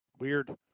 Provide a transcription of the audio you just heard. Weird